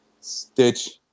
Stitch